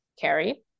Carrie